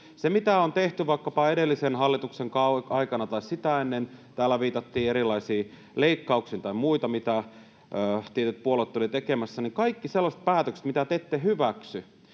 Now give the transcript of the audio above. mitä on tehty vaikkapa edellisen hallituksen aikana tai sitä ennen — täällä viitattiin erilaisiin leikkauksiin tai muihin, mitä tietyt puolueet olivat tekemässä — niin kaikki sellaiset päätökset, mitä te ette hyväksy,